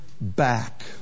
back